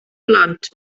blant